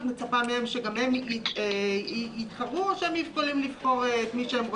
את מצפה מהן שגם הן יתחברו או שהן יכולות לבחור את מי שהם רוצים,